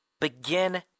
Begin